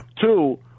Two